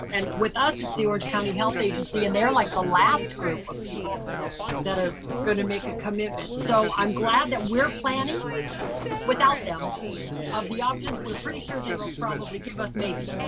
and with us it's the orange county health agency and they're the like last group of people that are gonna make a commitment. so i'm glad that we're planning without them of the options we're pretty sure they will probably give us maybe.